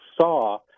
saw